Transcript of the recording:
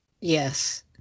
yes